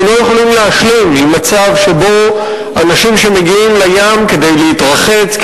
אנחנו לא יכולים להשלים עם מצב שבו אנשים שמגיעים לים כדי להתרחץ,